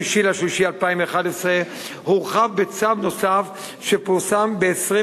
במרס 2011 הורחב בצו נוסף שפורסם ב-27